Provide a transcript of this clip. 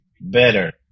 better